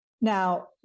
Now